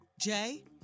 Jay